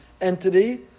entity